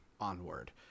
onward